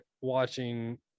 watching